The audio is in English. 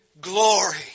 Glory